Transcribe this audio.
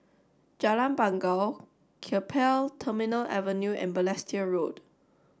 Jalan Bangau Keppel Terminal Avenue and Balestier Road